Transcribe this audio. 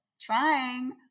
trying